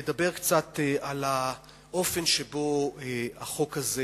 אני רוצה לדבר קצת על האופן שבו החוק הזה